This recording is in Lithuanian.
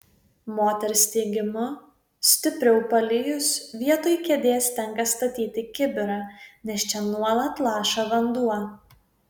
moters teigimu stipriau palijus vietoj kėdės tenka statyti kibirą nes čia nuolat laša vanduo